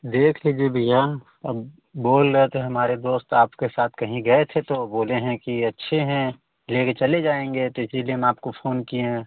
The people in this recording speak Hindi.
देख लीजिए भैया अब बोल रहे थे हमारे दोस्त आपके साथ कहीं गए थे तो बोले हैं कि अच्छे हैं लेकर चले जाएँगे तो इसीलिए हम आपको फोन किए हैं